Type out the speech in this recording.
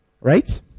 Right